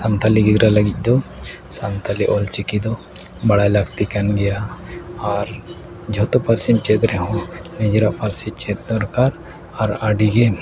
ᱥᱟᱱᱛᱟᱲ ᱜᱤᱫᱽᱨᱟᱹ ᱞᱟᱹᱜᱤᱫ ᱫᱚ ᱥᱟᱱᱛᱟᱲᱤ ᱚᱞ ᱪᱤᱠᱤ ᱫᱚ ᱵᱟᱲᱟᱭ ᱞᱟᱹᱠᱛᱤ ᱠᱟᱱ ᱜᱮᱭᱟ ᱟᱨ ᱡᱚᱛᱚ ᱯᱟᱹᱨᱥᱤᱢ ᱪᱮᱫ ᱨᱮᱦᱚᱸ ᱱᱤᱡᱮᱨᱟᱜ ᱯᱟᱹᱨᱥᱤ ᱪᱮᱫ ᱫᱚᱨᱠᱟᱨ ᱟᱨ ᱟᱹᱰᱤ ᱜᱮ